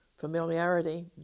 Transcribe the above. Familiarity